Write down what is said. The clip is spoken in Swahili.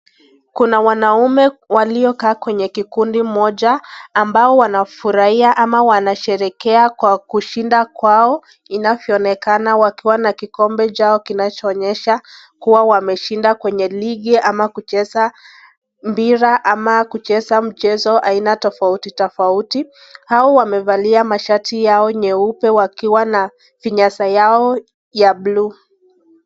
Kuna wanaume walio kaa kwenye kikundi moja, ambao wanafurahia ama wanasherekea kwa kushinda kwao inavyoonekana wakiwa na kikombe chao kinachoonyesha kuwa wameshinda kwenye ligi ama kucheza mpira ama kucheza mchezo aina tofauti tofauti. Hawa wamevalia mashati yao nyeupe wakiwa na vinyasa ya bluu.